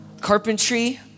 carpentry